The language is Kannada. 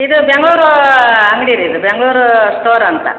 ಇದು ಬೆಂಗಳೂರು ಅಂಗಡಿ ರೀ ಇದು ಬೆಂಗ್ಳೂರು ಸ್ಟೋರ್ ಅಂತ